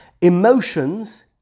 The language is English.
Emotions